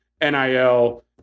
NIL